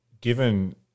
given